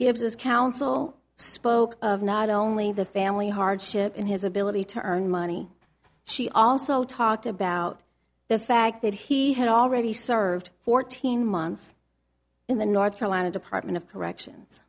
us counsel spoke of not only the family hardship in his ability to earn money she also talked about the fact that he had already served fourteen months in the north carolina department of corrections